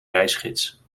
reisgids